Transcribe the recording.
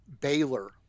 Baylor